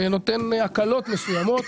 נותן הקלות מסוימות.